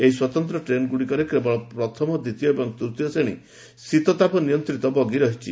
ଏହି ସ୍ୱତନ୍ତ୍ର ଟ୍ରେନ୍ଗୁଡ଼ିକରେ କେବଳ ପ୍ରଥମ ଦ୍ୱିତୀୟ ଏବଂ ତୂତୀୟ ଶ୍ରେଣୀ ଶୀତତାପ ନିୟନ୍ତିତ ବଗି ରହିଛି